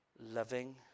loving